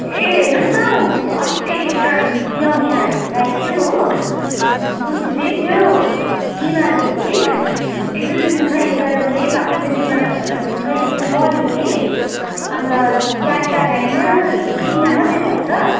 ए हेर्नुहोस न हौ अस्ति एउटा ब्याउने गाई थियो हो दुध दिँदै थियो बिमार भयो कि एकदुई दिन खोइ ज्यादा केही भएको छैन बिमार भएर खोइ मर्यो कि अनि त चारवटा गाईमा तिनवटा मात्रै भयो त